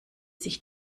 sich